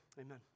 amen